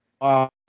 Wow